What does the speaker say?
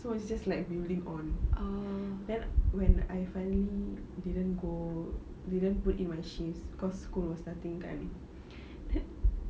so it's just like building on then when I finally didn't go didn't put in my shifts cause school was starting kan then